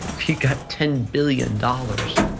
if you got ten billion dollars.